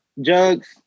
jugs